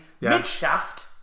mid-shaft